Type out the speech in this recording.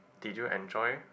did you enjoy